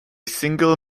single